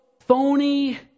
phony